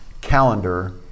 calendar